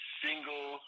single